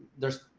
there's,